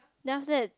then after that